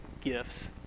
gifts